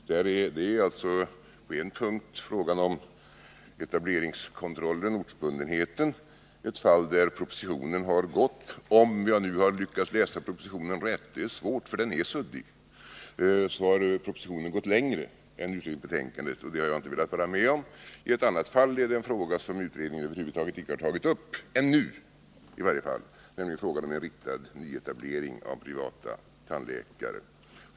På en punkt är det fråga om etableringskontrollen, ortsbundenheten. Om jag nu lyckats läsa propositionen rätt — det är svårt för den är suddig — har propositionen i detta fall gått längre än utredningsbetänkandet, och det har jaginte velat vara med om. I det andra fallet är det en fråga som utredningen över huvud taget inte har tagit upp —- inte ännu i alla fall — nämligen frågan om en riktad nyetablering av privata tandläkare.